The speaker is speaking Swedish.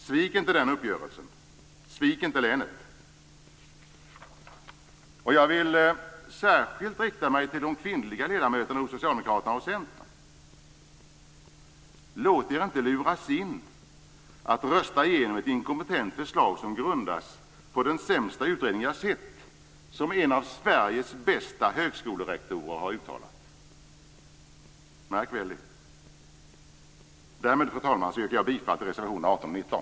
Svik inte den uppgörelsen. Svik inte länet. Jag vill särskilt rikta mig till de kvinnliga ledamöterna hos Socialdemokraterna och Centern. Låt er inte luras att rösta igenom ett inkompetent förslag som grundas på en utredning som en av Sveriges bästa högskolerektorer har uttalat är den sämsta utredning som han har sett. Märk väl detta. Fru talman! Därmed yrkar jag bifall till reservationerna 18 och 19.